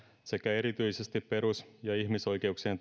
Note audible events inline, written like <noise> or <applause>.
sekä erityisesti perus ja ihmisoikeuksien <unintelligible>